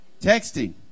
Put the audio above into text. Texting